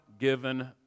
given